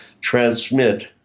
transmit